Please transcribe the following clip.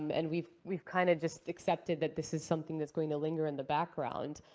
and we've we've kind of just accepted that this is something that's going to linger in the background.